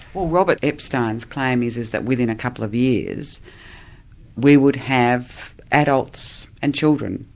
well robert epstein's claim is is that within a couple of years we would have adults and children,